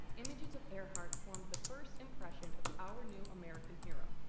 images of earhart formed the first impression of our new american hero,